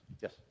Yes